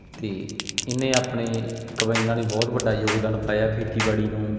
ਅਤੇ ਇਹਨੇ ਆਪਣੇ ਕੰਬਾਈਨਾਂ ਨੇ ਬਹੁਤ ਵੱਡਾ ਯੋਗਦਾਨ ਪਾਇਆ ਖੇਤੀਬਾੜੀ ਨੂੰ